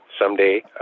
someday